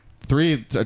Three